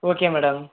okay madam